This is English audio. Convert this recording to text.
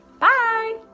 Bye